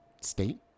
State